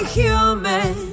human